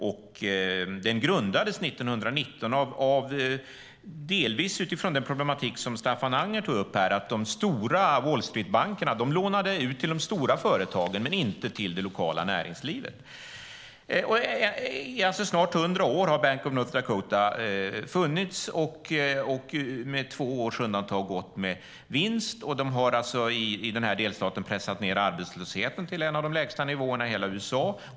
Banken grundades 1919, delvis utifrån den problematik som Staffan Anger tog upp, att de stora Wall Street-bankerna lånade ut till de stora företagen men inte till det lokala näringslivet. I snart 100 år har Bank of North Dakota funnits och med två års undantag gått med vinst. Banken har i den här delstaten pressat ned arbetslösheten till en av de lägsta nivåerna i hela USA.